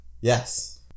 Yes